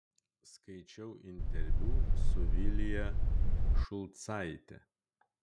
skaičiau interviu su vilija šulcaite